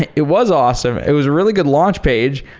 it it was awesome. it was a really good launch page,